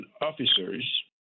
officers